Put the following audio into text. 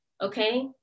okay